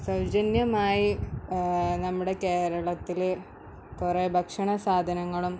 സൗജന്യമായി നമ്മുടെ കേരളത്തില് കുറെ ഭക്ഷണ സാധനങ്ങളും